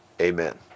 Amen